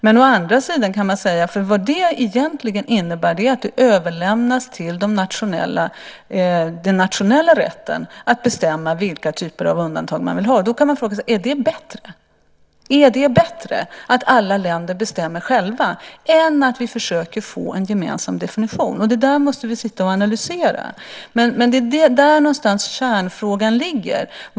Men å andra sidan innebär det att det överlämnas till den nationella rätten att bestämma vilka typer av undantag man vill ha. Då kan man fråga sig: Är det bättre? Är det bättre att alla länder bestämmer själva än att vi försöker få en gemensam definition? Det måste vi sitta och analysera. Där någonstans ligger kärnfrågan.